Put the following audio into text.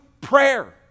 prayer